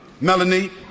Melanie